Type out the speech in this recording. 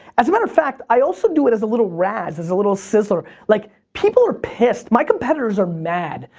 as a matter of fact, i also do it as a little razz, as a little sizzler. like, people are pissed. my competitor are mad.